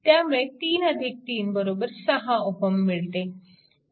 त्यामुळे 33 6 Ω मिळते